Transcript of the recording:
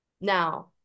Now